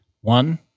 One